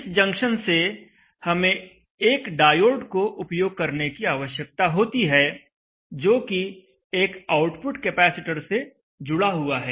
इस जंक्शन से हमें एक डायोड को उपयोग करने की आवश्यकता होती है जोकि एक आउटपुट कैपेसिटर से जुड़ा हुआ है